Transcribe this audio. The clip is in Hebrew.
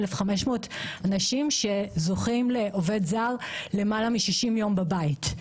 1,500 אנשים שזוכים לעובד זר למעלה מ-60 יום בבית.